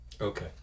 Okay